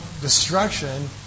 destruction